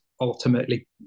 ultimately